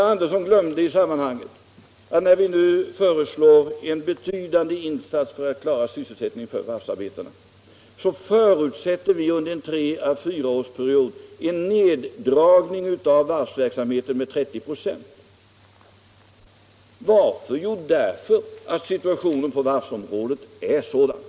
Tisdagen den Men herr Andersson glömde att vi när vi nu föreslår betydande insatser 30 mars 1976 för att klara sysselsättningen för varvsarbetarna förutsätter en nerdragning Lo av varvsverksamheten med 30 96 under en period på tre å fyra år. Varför? — Om åtgärder för att Jo, därför att situationen inom varvsområdet är sådan.